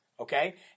Okay